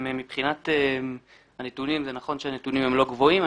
מבחינת הנתונים, זה נכון שהנתונים הם לא גבוהים.